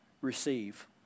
receive